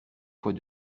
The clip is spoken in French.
fois